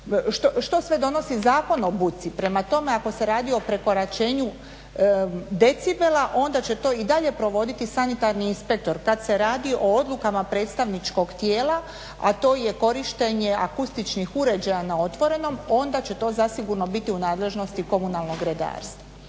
što sve donosi Zakon o buci. Prema tome ako se radi o prekoračenju decibela onda će to i dalje provoditi sanitarni inspektor, kada se radi o odlukama predstavničkog tijela, a to je korištenje akustičnih uređaja na otvorenom onda će to zasigurno biti u nadležnosti komunalnog redarstva.